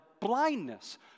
blindness